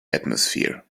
atmosphere